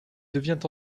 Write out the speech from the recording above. devient